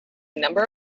number